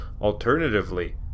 Alternatively